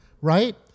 right